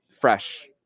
fresh